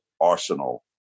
arsenal